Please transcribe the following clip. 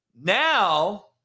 Now